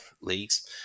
leagues